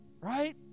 Right